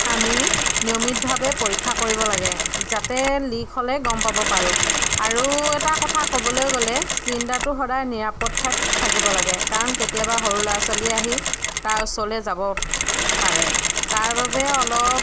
আমি নিয়মিতভাৱে পৰীক্ষা কৰিব লাগে যাতে লিক হ'লে গম পাব পাৰোঁ আৰু এটা কথা ক'বলৈ গ'লে চিলিণ্ডাৰটো সদায় নিৰাপদ ঠাইত থাকিব লাগে কাৰণ কেতিয়াবা সৰু ল'ৰা ছোৱালী আহি তাৰ ওচৰলৈ যাব পাৰে তাৰ বাবে অলপ